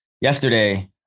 yesterday